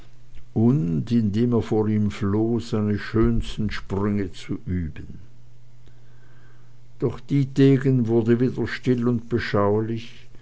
und indem er vor ihm floh seine schönsten sprünge zu üben doch dietegen wurde wieder still und beschaulich